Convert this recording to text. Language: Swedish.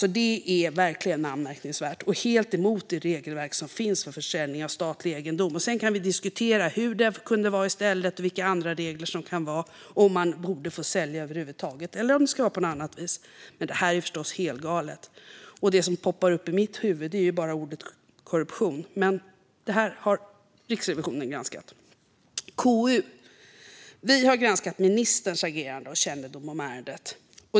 Detta är verkligen anmärkningsvärt och helt emot det regelverk som finns för försäljning av statlig egendom. Vi kan diskutera hur det kunde vara i stället, vilka andra regler som kunde gälla, om man borde få sälja över huvud taget eller om det skulle vara på något annat vis, men det här är förstås helgalet. Det som poppar upp i mitt huvud är ordet korruption. Det här har dock Riksrevisionen granskat. Gransknings-betänkande våren 2021Vissa frågor om regeringens ansvarför förvaltningen Vi i KU har granskat ministerns agerande och kännedom om ärendet.